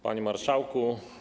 Panie Marszałku!